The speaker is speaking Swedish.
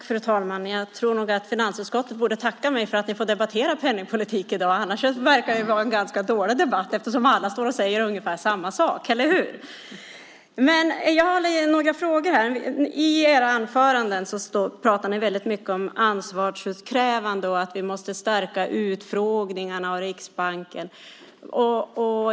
Fru talman! Jag tror nog att finansutskottet borde tacka mig för att vi får debattera penningpolitik i dag. Det verkar annars vara en ganska dålig debatt, eftersom alla står och säger ungefär samma sak, eller hur? Jag har några frågor här. I era anföranden talar ni väldigt mycket om ansvarsutkrävande och att vi måste stärka utfrågningarna av Riksbanken.